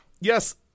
Yes